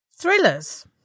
thrillers